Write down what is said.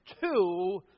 two